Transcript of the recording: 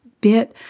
bit